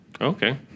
Okay